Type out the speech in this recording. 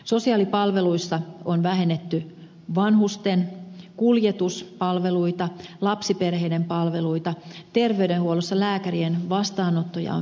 sosiaalipalveluissa on vähennetty vanhusten kuljetuspalveluita lapsiperheiden palveluita terveydenhuollossa lääkärien vastaanottoja on vähennetty